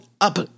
up